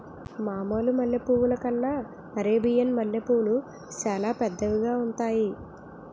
మామూలు మల్లె పువ్వుల కన్నా అరేబియన్ మల్లెపూలు సాలా పెద్దవిగా ఉంతాయి